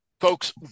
folks